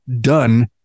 done